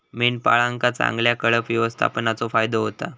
मेंढपाळांका चांगल्या कळप व्यवस्थापनेचो फायदो होता